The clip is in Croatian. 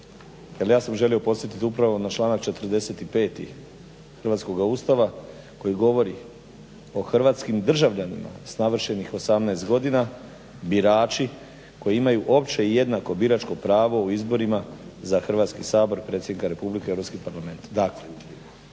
ja sam želio podsjetiti upravo na članka 45. hrvatskoga Ustava koji govori o Hrvatskim državljanima s navršenih 18. godina, birači koji imaju opće i jednako biračko pravo u izborima za Hrvatski sabor, predsjednika Republike, Hrvatski parlament.